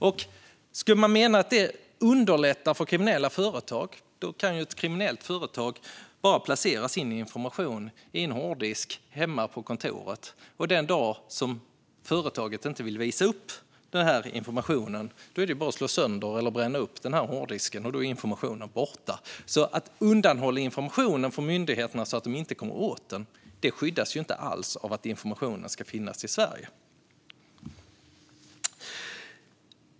Om man menar att det underlättar för kriminella företag kan ett kriminellt företag placera sin information på en hårddisk hemma på kontoret. Den dag som företaget inte vill visa upp informationen är det bara att slå sönder eller bränna upp hårddisken, och då är informationen borta. Att undanhålla information från myndigheterna så att de inte kommer åt den stoppas inte alls av att informationen ska finnas i Sverige.